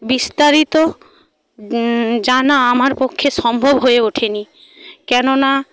বিস্তারিত জানা আমার পক্ষে সম্ভব হয়ে ওঠেনি কেননা